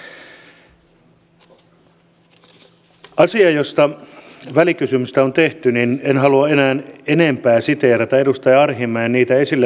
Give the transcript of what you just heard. voitteko kertoa millä perusteella olette tässä niin sanotusti takin kääntänyt oikeaan asentoon